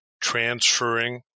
transferring